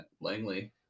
langley